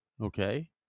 Okay